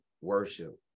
worship